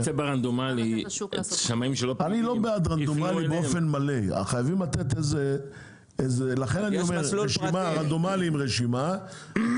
אני לא בעד רנדומלי באופן מלא ולכן כדאי שתהיה רשימה של